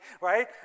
right